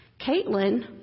Caitlin